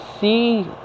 see